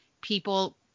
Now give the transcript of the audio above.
people